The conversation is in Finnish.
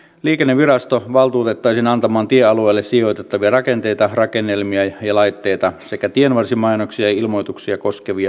liikennevirasto valtuutettaisiin antamaan tiealueelle sijoitettavia rakenteita rakennelmia ja laitteita sekä tienvarsimainoksia ja ilmoituksia koskevia määräyksiä